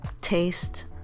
taste